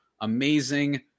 amazing